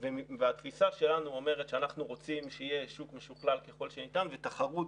התפיסה שלנו אומרת שאנחנו רוצים שיהיה שוק משוכלל ככל שניתן ותחרות